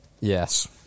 Yes